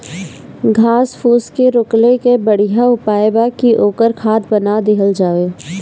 घास फूस के रोकले कअ बढ़िया उपाय बा कि ओकर खाद बना देहल जाओ